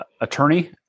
attorney